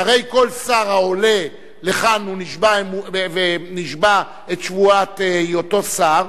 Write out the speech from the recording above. שהרי כל שר העולה לכאן ונשבע את שבועת היותו שר